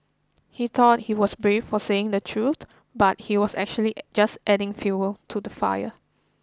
he thought he was brave for saying the truth but he was actually just adding fuel to the fire